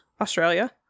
Australia